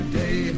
day